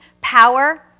power